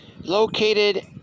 located